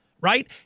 right